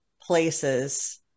places